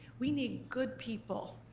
we need good people,